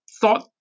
thought